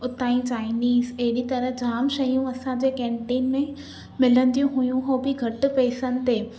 उतां ई चाइनीज़ एॾी तरह जाम शयूं असांजे केन्टीन में मिलंदियूं हुयूं उहे बि घटि पैसनि ते